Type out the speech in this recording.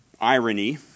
irony